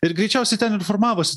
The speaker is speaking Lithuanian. ir greičiausiai ten ir formavosi